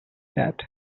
that